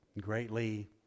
greatly